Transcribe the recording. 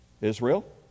Israel